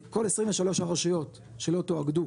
כל 23 הרשויות שלא תואגדו